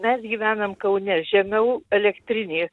mes gyvenam kaune žemiau elektrinės